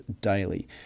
daily